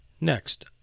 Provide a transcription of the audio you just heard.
Next